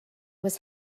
was